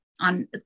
on